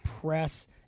press